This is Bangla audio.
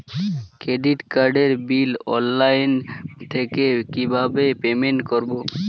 ক্রেডিট কার্ডের বিল অ্যাকাউন্ট থেকে কিভাবে পেমেন্ট করবো?